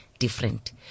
different